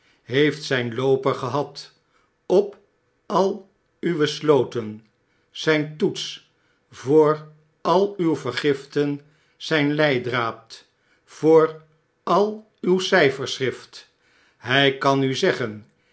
heeft zijn looper gehad op al uw sloten zijn toets voor al uw vergiften zjn leidraad voor al uw cyferschrift hij kan u zeggen